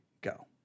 go